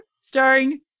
starring